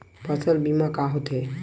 फसल बीमा का होथे?